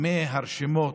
מהרשימה.